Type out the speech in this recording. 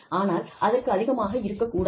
ஆனால் அதற்கு அதிகமாக இருக்கக்கூடாது